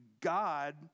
God